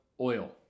oil